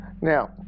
Now